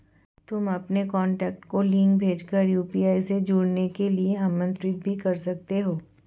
तुम अपने कॉन्टैक्ट को लिंक भेज कर यू.पी.आई से जुड़ने के लिए आमंत्रित भी कर सकते हो